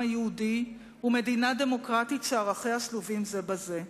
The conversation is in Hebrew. היהודי ומדינה דמוקרטית שערכיה שלובים זה בזה,